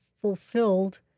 fulfilled